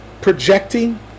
projecting